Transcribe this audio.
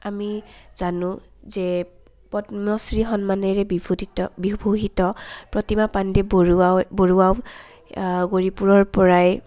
আমি জানো যে পদ্মশ্ৰী সন্মানেৰে বিভূদিত বিভূষিত প্ৰতিমা পাণ্ডে বৰুৱা বৰুৱাও গৌৰীপুৰৰ পৰাই